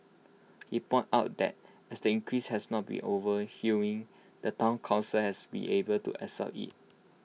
he pointed out that as the increase has not been overwhelming the Town Council has been able to absorb IT